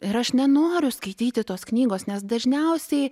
ir aš nenoriu skaityti tos knygos nes dažniausiai